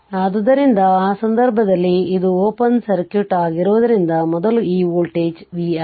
ಆದ್ದರಿಂದ ಆ ಸಂದರ್ಭದಲ್ಲಿ ಇದು ಓಪನ್ ಸರ್ಕ್ಯೂಟ್ ಆಗಿರುವುದರಿಂದ ಮೊದಲು ಈ ವೋಲ್ಟೇಜ್ v ಆಗಿತ್ತು